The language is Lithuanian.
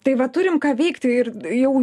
tai va turim ką veikti ir jau